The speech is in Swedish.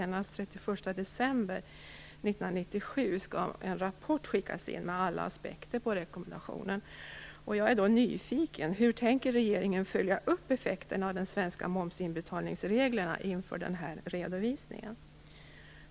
Senast den 31 december 1997 skall en rapport skickas in med alla aspekter på rekommendationerna. Jag är nyfiken på hur regeringen tänker följa upp effekten av de svenska momsinbetalningsreglerna inför denna redovisning.